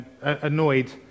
annoyed